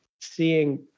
seeing